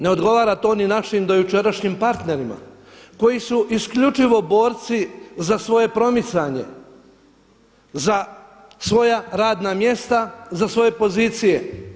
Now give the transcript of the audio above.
Ne odgovara ti ni našim dojučerašnjim partnerima koji su isključivo borci za svoje promicanje, za svoja radna mjesta, za svoje pozicije.